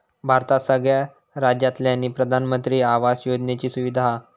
भारतात सगळ्या राज्यांतल्यानी प्रधानमंत्री आवास योजनेची सुविधा हा